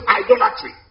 idolatry